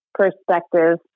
perspective